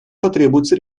потребуется